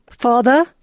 Father